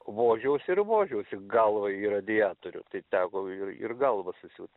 vožiausi ir vožiausi galva į radiatorių tai teko ir ir galvą susiūt